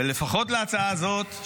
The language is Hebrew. ולפחות להצעה הזאת,